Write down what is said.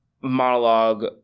monologue